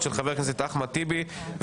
של ח"כ אחמד טיבי,